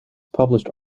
published